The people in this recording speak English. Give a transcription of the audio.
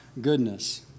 goodness